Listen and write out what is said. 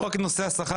לא רק נושא השכר,